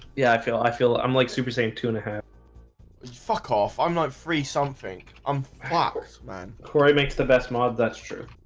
yeah, i feel i feel i'm like super same two and a half fuck off. i'm not free something. i'm fucked man. cory makes the best mod. that's true